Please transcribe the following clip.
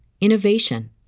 innovation